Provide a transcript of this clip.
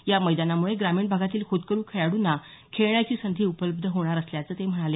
या मैदानामुळे ग्रामीण भागातील होतकरू खेळाडूंना खेळण्याची संधी उपलब्ध होणार असल्याचं ते म्हणाले